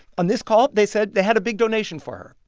on this call, they said they had a big donation for her.